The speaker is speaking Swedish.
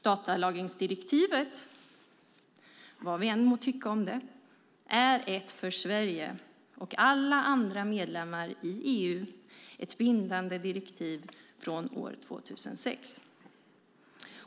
Datalagringsdirektivet, vad vi än må tycka om det, är ett för Sverige och alla andra medlemmar i EU bindande direktiv från 2006.